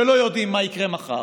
שלא יודעים מה יקרה מחר,